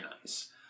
nice